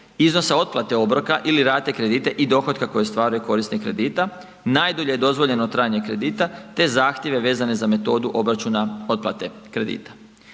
iznosa otplate obroka ili rate kredita i dohotka koji ostvaruje korisnik kredita, najdulje dozvoljeno trajanje kredite te zahtjeve vezane za metodu obračuna otplate kredita.